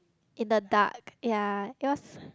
in the dark ya it was